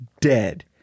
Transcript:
dead